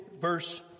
verse